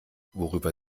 worüber